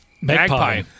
Magpie